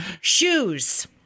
Shoes